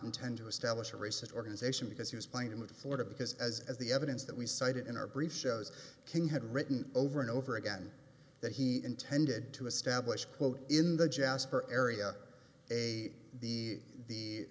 intend to establish a racist organization because he was playing with florida because as as the evidence that we cited in our brief shows king had written over and over again that he intended to establish quote in the jasper area a